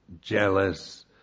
jealous